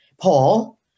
paul